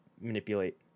manipulate